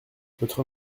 votre